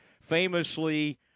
famously